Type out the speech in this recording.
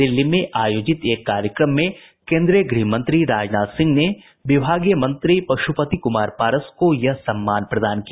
दिल्ली में आयोजित एक कार्यक्रम में केन्द्रीय गृह मंत्री राजनाथ सिंह ने विभागीय मंत्री पशुपति कुमार पारस को यह सम्मान प्रदान किया